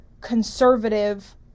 conservative